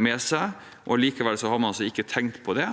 med seg, og likevel har man altså ikke tenkt på det.